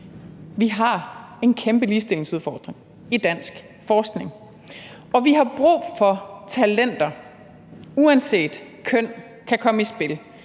vi har en kæmpe ligestillingsudfordring i dansk forskning, og vi har brug for, at talenter uanset køn kan komme i spil.